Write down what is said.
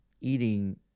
eating